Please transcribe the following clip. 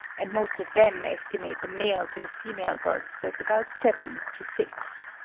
and most of them estimate the male to the female births as about seven to six.